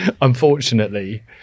unfortunately